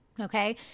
okay